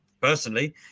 personally